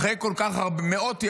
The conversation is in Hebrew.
אחרי מאות ימים,